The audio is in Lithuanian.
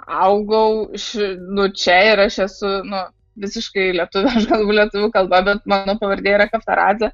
augau ši nu čia ir aš esu nu visiškai lietuvė aš kalbu lietuvių kalba bet mano pavardė yra kafaradzė